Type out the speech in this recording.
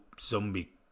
zombie